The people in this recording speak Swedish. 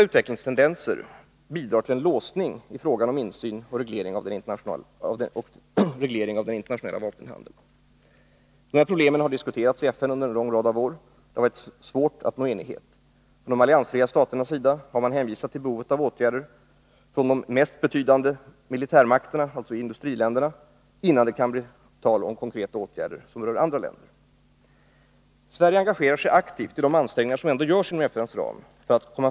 Förslag har från olika håll också lagts fram om registrering av den internationella vapenhandeln. På detta område har Stockholms internationella fredsforskningsinstitut gjort betydande insatser genom att bygga upp en internationellt oberoende vapenhandelsstatistik.